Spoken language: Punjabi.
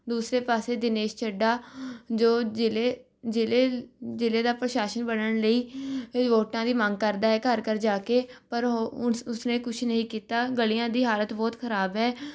ਦੁਸਰੇ ਪਾਸੇ ਦਿਨੇਸ਼ ਚੱਢਾ ਜੋ ਜ਼ਿਲ੍ਹੇ ਜ਼ਿਲ੍ਹੇ ਜ਼ਿਲ੍ਹੇ ਦਾ ਪ੍ਰਸ਼ਾਸਨ ਬਣਨ ਲਈ ਵੋਟਾਂ ਦੀ ਮੰਗ ਕਰਦਾ ਹੈ ਘਰ ਘਰ ਜਾ ਕੇ ਪਰ ਉਹ ਉਸ ਉਸਨੇ ਕੁਛ ਨਹੀਂ ਕੀਤਾ ਗਲ਼ੀਆਂ ਦੀ ਹਾਲਤ ਬਹੁਤ ਖਰਾਬ ਹੈ